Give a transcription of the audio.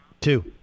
two